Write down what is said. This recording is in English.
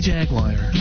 Jaguar